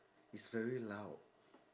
it's very loud